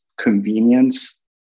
convenience